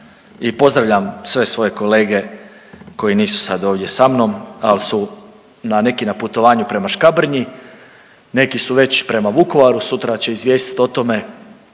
I pozdravljam sve svoje kolege koji nisu sad ovdje sa mnom, ali su neki na putovanju prema Škabrnji, neki su već prema Vukovaru, sutra će izvijestiti o tome,